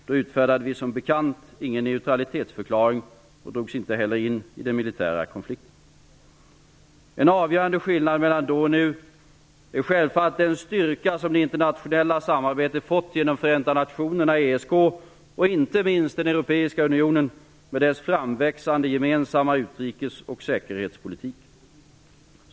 Då utfärdade vi som bekant ingen neutralitetsförklaring, och vi drogs inte heller in i den militära konflikten. En avgörande skillnad mellan då och nu är självfallet den styrka som det internationella samarbetet fått genom Förenta nationerna, ESK och inte minst den europeiska unionen med dess framväxande gemensamma utrikes och säkerhetspolitik.